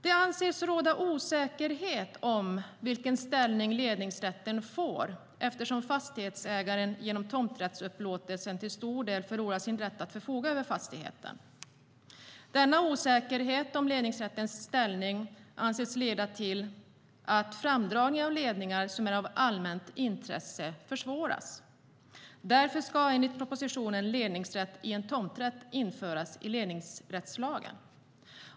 Det anses råda osäkerhet om vilken ställning ledningsrätten får eftersom fastighetsägaren genom tomträttsupplåtelsen till stor del förlorar sin rätt att förfoga över fastigheten. Denna osäkerhet anses leda till att framdragningen av ledningar som är av allmänt intresse försvåras. Därför ska, enligt propositionen, ledningsrätt i en tomträtt införas i ledningsrättslagen.